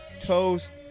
toast